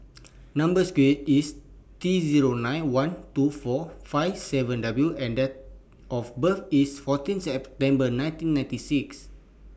Number Square IS T Zero nine one two four five seven W and Date of birth IS fourteen September nineteen ninety six